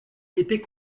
était